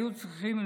היו צריכים,